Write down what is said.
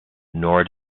nor